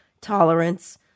tolerance